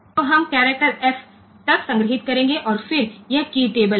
तो हम character f तक संग्रहीत करेंगे और फिर यह कीय टेबल है